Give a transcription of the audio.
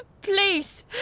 Please